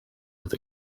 with